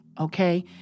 okay